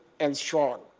and strong.